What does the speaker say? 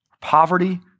poverty